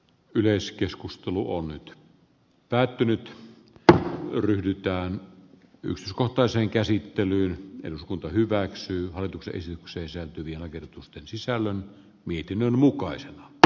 yleiskeskustelu on nyt päätynyt tähän ryhdytään jos ottaa sen käsittelyyn eduskunta hyväksyy hallituksen syksyiseen vihan myöskin tässä mietinnön mukaisen r